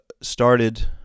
Started